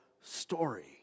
story